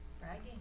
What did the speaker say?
Bragging